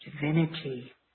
divinity